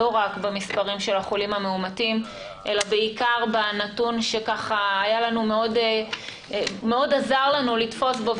לא רק במספר החולים המאומתים אלא בעיקר בנתון שמאוד עזר לנו לתפוס בו,